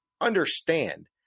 understand